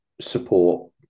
support